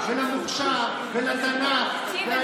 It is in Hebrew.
כל ההתייחסות הזאת למורשת ולמוכש"ר ולתנ"ך וההתנשאות